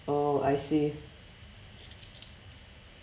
oh I see